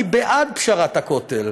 אני בעד פשרת הכותל,